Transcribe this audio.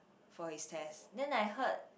for his test then I heard